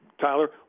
Tyler